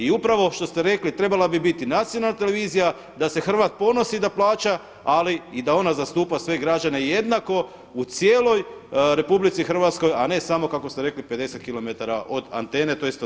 I upravo što ste rekli trebala bi biti nacionalna televizija da se Hrvat ponosi da plaća, ali i da ona zastupa sve građane jednako u cijeloj RH a ne samo kako ste rekli 50 km od antene, tj. odakle se vidi.